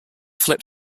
flip